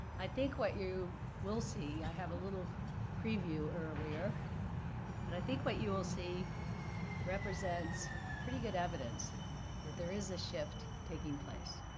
i think what you will see i had a little preview earlier but i think what you will see represents pretty good evidence that there is a shift taking place.